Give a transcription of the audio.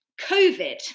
covid